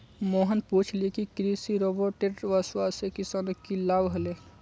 मोहन पूछले कि कृषि रोबोटेर वस्वासे किसानक की लाभ ह ले